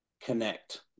connect